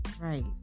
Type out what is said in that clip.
Right